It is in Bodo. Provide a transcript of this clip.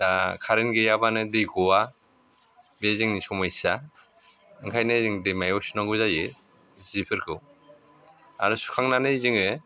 दा कारेन्ट गैयाबानो दै गवा बे जोंनि समयस्या ओंखायनो जों दैमायाव सुनांगौ जायो सिफोरखौ आरो सुखांनानै जोङो